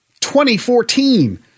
2014